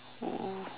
oh